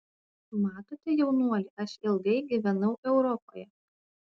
matote jaunuoli aš ilgai gyvenau europoje